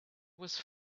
was